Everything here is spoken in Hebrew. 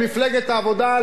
למפלגת העבודה,